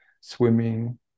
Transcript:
swimming